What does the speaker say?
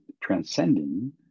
transcending